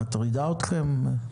מטרידה אתכם?